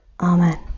Amen